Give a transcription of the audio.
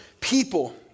people